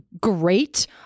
great